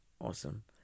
awesome